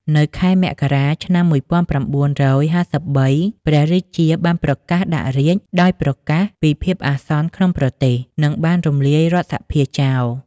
នៅខែមករា ឆ្នាំ ១៩៥៣ ព្រះរាជាបានប្រកាសដាក់រាជ្យ ដោយប្រកាសពីភាពអាសន្នក្នុងប្រទេស និងបានរំលាយរដ្ឋសភាចោល។